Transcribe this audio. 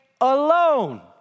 alone